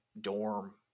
dorm